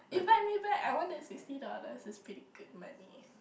invite me back I want the sixty dollars it's pretty good money